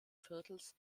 viertels